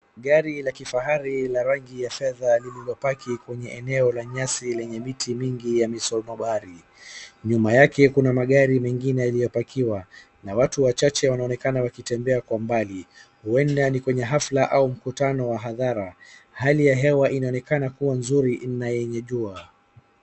Gari la kifahari la rangi ya fedha lililopaki kwenye eneo la nyasi lenye miti mingi ya misolno bahari. Nyuma yake kuna magari mengine yaliyopakiwa na watu wachache wanaonekana wakitembea kwa mbali. Huenda ni kwenye hafla au mkutano wa hadhara. Hali ya hewa inaonekana kuwa nzuri na yenye jua.